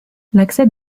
l’accès